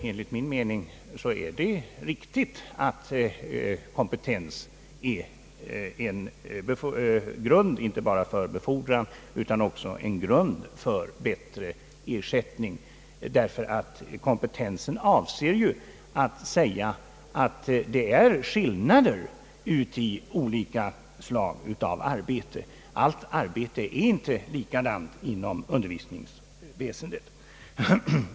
Enligt min mening är det riktigt att kompetens är en grund inte bara för befordran utan också för bättre ersättning. Kompetensen avser nämligen att säga att det är skillnader i arbetet — allt arbete är inte likadant inom undervisningsväsendet.